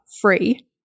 free